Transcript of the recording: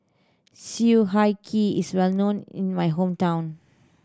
sue high key is well known in my hometown